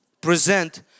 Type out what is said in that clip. present